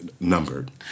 numbered